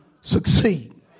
succeed